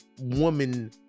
woman